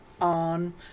on